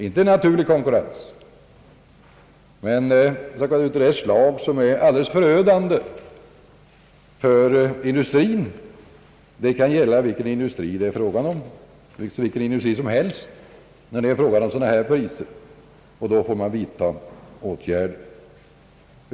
Det är här inte fråga om en naturlig konkurrens, utan om en konkurrens som med priser av detta slag är förödande för vilken industri det vara må. Då måste man vidtaga åtgärder.